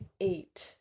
eight